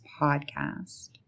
podcast